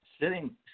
sitting